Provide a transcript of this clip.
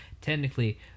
technically